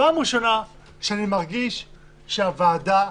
פעם ראשונה שאני מרגיש שהכנסת,